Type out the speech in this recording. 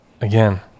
again